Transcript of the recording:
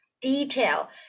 detail